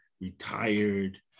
retired